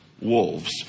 wolves